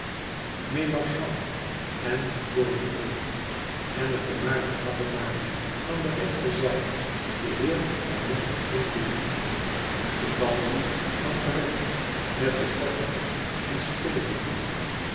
memarchant de gorincourt en de vermaarde grappenmaker van de rechterzijde de heer cornet dincourt de baljuw van ferrette met zijn korte broek en spillebeenen